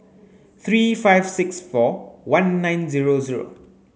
three five six four one nine zero zero